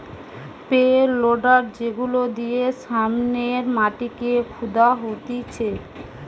pay loader যেগুলা দিয়ে সামনের মাটিকে খুদা হতিছে